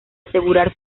asegurar